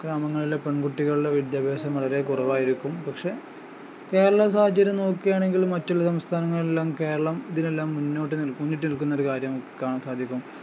ഗ്രാമങ്ങളിലെ പെൺകുട്ടികളുടെ വിദ്യാഭ്യാസം വളരെ കുറവായിരിക്കും പക്ഷെ കേരള സാഹചര്യം നോക്കുകയാണെങ്കിൽ മറ്റുള്ള സംസ്ഥാനങ്ങളെല്ലാം കേരളം ഇതിനെല്ലാം മുന്നോട്ട് മുന്നിട്ടു നിൽക്കുന്നൊരു കാര്യം കാണാൻ സാധിക്കും